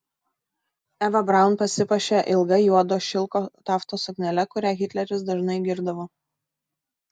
eva braun pasipuošė ilga juodo šilko taftos suknele kurią hitleris dažnai girdavo